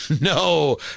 No